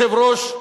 אדוני היושב-ראש,